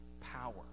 power